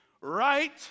right